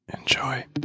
enjoy